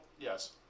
Yes